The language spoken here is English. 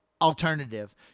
alternative